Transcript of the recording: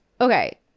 Okay